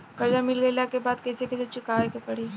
कर्जा मिल गईला के बाद कैसे कैसे चुकावे के पड़ी?